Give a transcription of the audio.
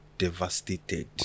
devastated